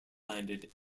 landed